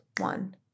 one